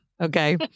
Okay